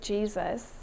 Jesus